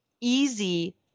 easy